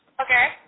Okay